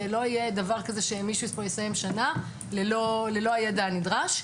לא יהיה דבר כזה שמישהו פה יסיים שנה ללא הידע הנדרש.